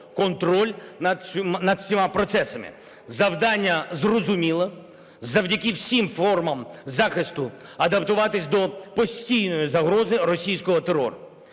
контроль над усіма процесами. Завдання зрозуміле: завдяки всім формам захисту адаптуватися до постійної загрози російського терору.